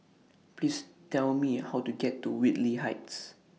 Please Tell Me How to get to Whitley Heights